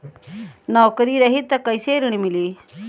नौकरी रही त कैसे ऋण मिली?